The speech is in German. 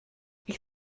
ich